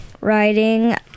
riding